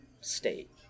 state